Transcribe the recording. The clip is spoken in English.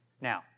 Now